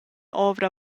ovra